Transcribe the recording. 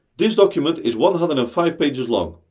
this document is one hundred and five pages long.